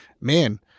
man